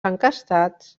encastats